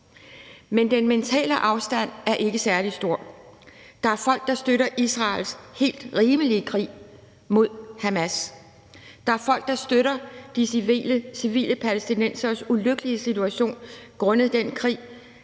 Men den mentale afstand er ikke særlig stor. Der er folk, der støtter Israels helt rimelige krig mod Hamas. Der er folk, der støtter de civile palæstinensere i deres ulykkelige situation, som skyldes den krig,